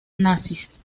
nazis